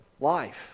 life